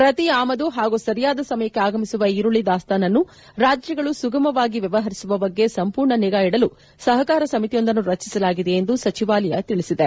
ಪ್ರತಿ ಆಮದು ಹಾಗೂ ಸರಿಯಾದ ಸಮಯಕ್ಕೆ ಆಗಮಿಸುವ ಈರುಳ್ಳಿ ದಾಸ್ತಾನನ್ನು ರಾಜ್ಯಗಳು ಸುಗಮವಾಗಿ ವ್ಯವಹರಿಸುವ ಬಗ್ಗೆ ಸಂಪೂರ್ಣ ನಿಗಾ ಇಡಲು ಸಹಕಾರ ಸಮಿತಿಯೊಂದನ್ನು ರಚಿಸಲಾಗಿದೆ ಎಂದು ಸಚಿವಾಲಯ ತಿಳಿಸಿದೆ